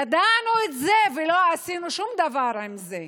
ידענו את זה ולא עשינו שום דבר עם זה.